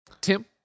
Tim